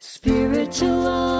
spiritual